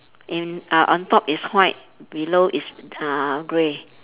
in uh on top is white below is uh grey